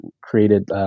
created